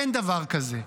אין דבר כזה.